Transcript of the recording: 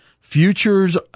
Futures